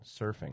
surfing